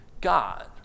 God